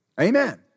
Amen